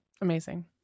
Amazing